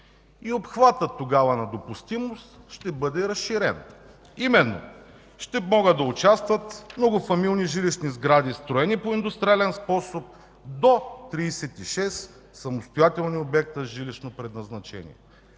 Обхватът на допустимост тогава ще бъде разширен, а именно – ще могат да участват многофамилни жилищни сгради, строени по индустриален способ до 36 самостоятелни обекта с жилищно предназначение,